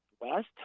West